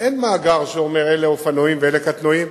אין מאגר שאומר: אלה אופנועים ואלה קטנועים,